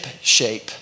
Shape